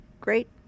great